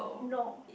no